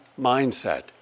mindset